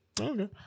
Okay